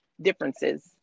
differences